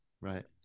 Right